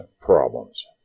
problems